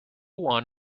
one